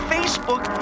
Facebook